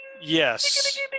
Yes